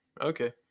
okay